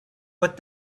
but